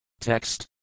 Text